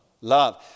Love